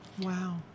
Wow